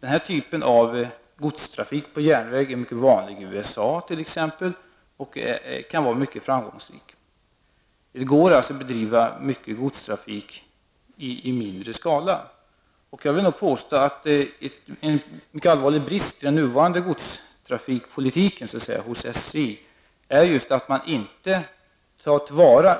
Den typen av godstrafik på järnväg är mycket vanlig, t.ex. i USA, och kan vara mycket framgångsrik. Det går alltså att bedriva godstrafik i mindre skala. Jag vill påstå att en mycket allvarlig brist i SJs nuvarande godstrafikpolitik är just att man inte tar till vara